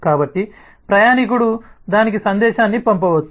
కాబట్టి ప్రయాణీకుడు దానికి సందేశాన్ని పంపవచ్చు